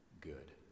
good